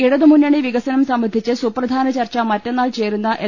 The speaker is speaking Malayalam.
ഇട തുമുന്നണി വികസനം സംബന്ധിച്ച് സുപ്രധാന ചർച്ച മറ്റന്നാൾ ചേരുന്ന എൽ